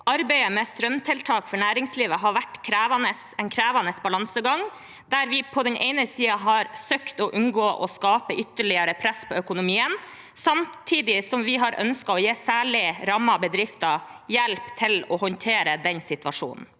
Arbeidet med strømtiltak for næringslivet har vært en krevende balansegang, der vi på den ene siden har søkt å unngå å skape ytterligere press på økonomien, og på den andre siden har vi ønsket å gi særlig rammede bedrifter hjelp til å håndtere situasjonen.